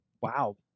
wow